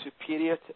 superior